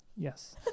Yes